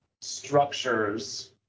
structures